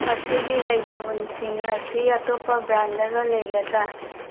ꯃꯁꯤꯒꯤ ꯂꯩ ꯆꯕꯨꯟꯁꯤꯡ ꯑꯁꯤ ꯑꯇꯣꯞꯄ ꯕ꯭ꯔꯥꯟꯗꯒ ꯂꯩꯒꯗ꯭ꯔꯥ